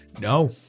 No